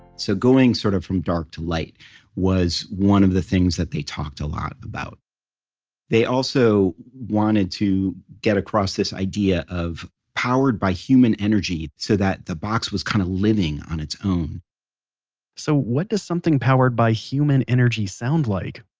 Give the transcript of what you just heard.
so going sort of from dark to light was one of the things that they talked a lot about they also wanted to get across this idea of powered by human energy, so that the box was kind of living on its own so what does something powered by human energy sound like?